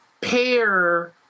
pair